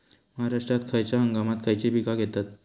महाराष्ट्रात खयच्या हंगामांत खयची पीका घेतत?